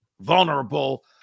vulnerable